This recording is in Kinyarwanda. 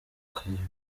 kayumba